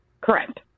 Correct